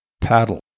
paddle